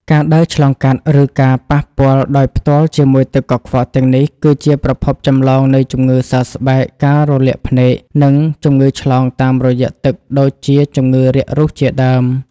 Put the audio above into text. ការដើរឆ្លងកាត់ ឬការប៉ះពាល់ដោយផ្ទាល់ជាមួយទឹកកខ្វក់ទាំងនេះ គឺជាប្រភពចម្លងនៃជំងឺសើស្បែក ការរលាកភ្នែក និងជំងឺឆ្លងតាមរយៈទឹកដូចជាជំងឺរាករូសជាដើម។